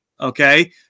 okay